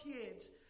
kids